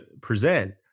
present